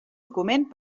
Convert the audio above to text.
document